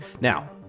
Now